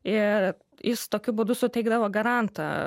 ir jis tokiu būdu suteikdavo garantą